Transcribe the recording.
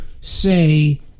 say